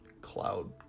Cloud